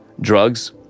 drugs